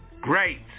great